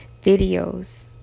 videos